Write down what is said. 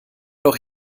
doch